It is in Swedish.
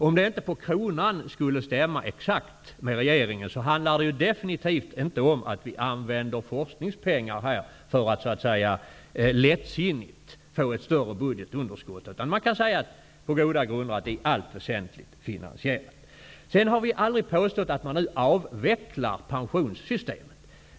Om det inte på kronan exakt skulle stämma med regeringens förslag, handlar det definitivt inte om att vi använder forskningspengar för att så att säga lättsinnigt få ett större budgetunderskott. Man kan på goda grunder säga att vårt alternativ i allt väsentligt är finansierat.